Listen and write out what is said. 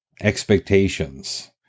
expectations